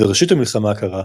וראשית המלחמה הקרה